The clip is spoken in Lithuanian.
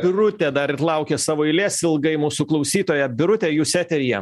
birutė dar laukia savo eilės ilgai mūsų klausytoja birute jūs eteryje